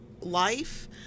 life